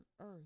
earth